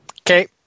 Okay